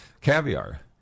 caviar